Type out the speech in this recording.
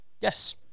yes